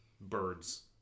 birds